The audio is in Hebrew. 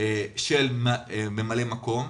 של ממלאי מקום.